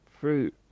fruit